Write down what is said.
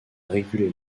réguler